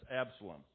Absalom